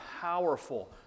powerful